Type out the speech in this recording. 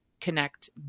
connect